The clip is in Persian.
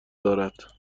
دارد